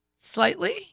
Slightly